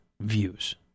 views